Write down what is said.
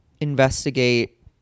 investigate